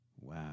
Wow